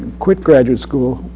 quit graduate school.